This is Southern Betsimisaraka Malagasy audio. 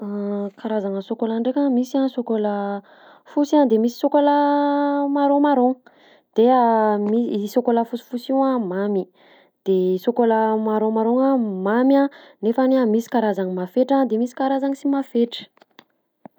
Karazagna sôkôla ndraika: misy a sôkôla fosy a de misy sôkôla marron marron; de mi- i sôkôla fosifosy io a mamy, de sôkôla marron marron-gna mamy a nefany a misy karazagny mafetra de misy karazagny sy mafetra.